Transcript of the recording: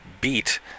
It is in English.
beat